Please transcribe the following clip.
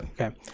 Okay